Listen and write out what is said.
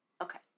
Okay